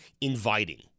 inviting